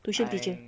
tuition teacher